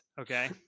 okay